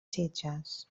sitges